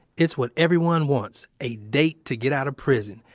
it's what everyone wants a date to get out of prison.